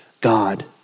God